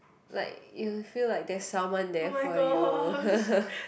like you feel like there's someone there for you